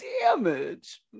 damage